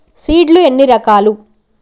Seed లు ఎన్ని రకాలు?